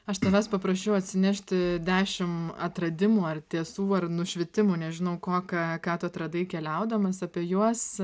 aš tavęs paprašiau atsinešti dešimt atradimų ar tiesų ar nušvitimų nežinau ko ką ką tu atradai keliaudamas apie juos